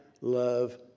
love